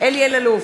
אלי אלאלוף,